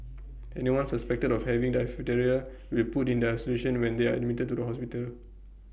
anyone suspected of having diphtheria will put in isolation when they are admitted to hospital